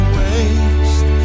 waste